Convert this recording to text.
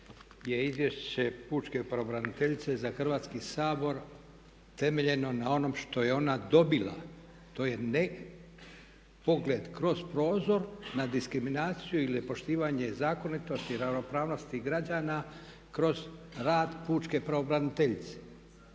je Izvješće pučke pravobraniteljice za Hrvatski sabor temeljeno na onom što je ona dobila, to je ne pogled kroz prozor na diskriminaciju ili nepoštivanje zakonitosti i ravnopravnosti građana kroz rad pučke pravobraniteljice.